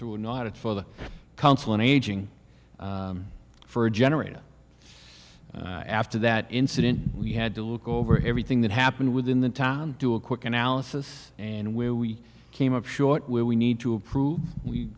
through an audit for the council on aging for a generator after that incident we had to look over everything that happened within the town do a quick analysis and where we came up short where we need to approve we